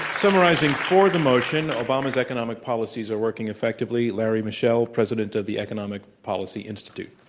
summarizing for the motion, obama's economic policies are working effectively, larry mishel, president of the economic policy institute.